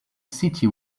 city